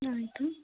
ಆಯಿತು